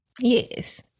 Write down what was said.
yes